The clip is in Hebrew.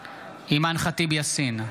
אימאן ח'טיב יאסין,